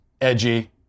edgy